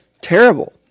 terrible